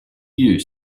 you